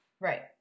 right